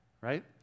right